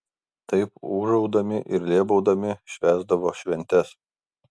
taip ūžaudami ir lėbaudami švęsdavo šventes